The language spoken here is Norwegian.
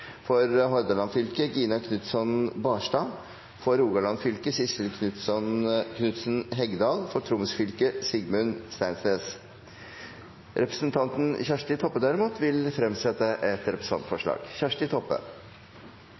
For Hordaland fylke: Gina Knutson Barstad For Rogaland fylke: Sissel Knutsen Hegdal For Troms fylke: Sigmund Steinnes Representanten Kjersti Toppe vil fremsette et representantforslag.